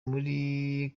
muri